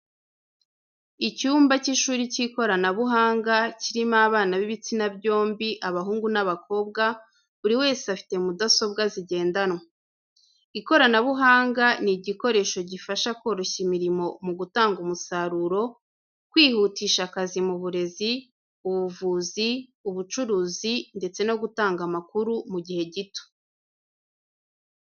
Icyumba cy'ishuri cy'ikoranabuhanga, kirimo abana b'ibitsina byombi abahungu n'abakobwa, buri wese afite mudasobwa zigendanwa. Ikoranabuhanga ni igikoresho gifasha koroshya imirimo no gutanga umusaruro, kwihutisha akazi mu burezi, ubuvuzi, ubucuruzi ndetse no gutanga amakuru mu gihe gito.